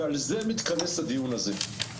ועל זה מתכנס הדיון הזה.